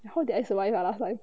I hope they ask why ah last time